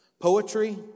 poetry